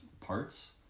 parts